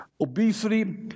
obesity